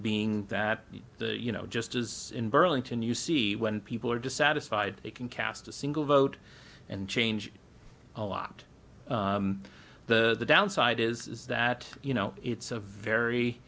being that you know just as in burlington you see when people are dissatisfied they can cast a single vote and change a lot the downside is that you know it's a very